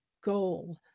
goal